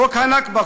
חוק הנכבה,